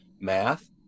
math